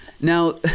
Now